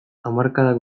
hamarkadak